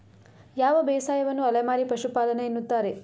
ಯಾವ ಬೇಸಾಯವನ್ನು ಅಲೆಮಾರಿ ಪಶುಪಾಲನೆ ಎನ್ನುತ್ತಾರೆ?